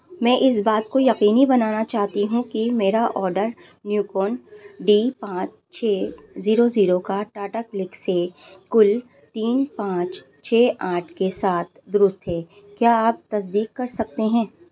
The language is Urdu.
میں اس بات کو یقینی بنانا چاہتی ہوں کہ میرا آڈر نیوکون ڈی پانچ چھ زیرو زیرو کا ٹاٹا کلک سے کل تین پانچ چھ آٹھ کے ساتھ درست ہے کیا آپ تصدیق کر سکتے ہیں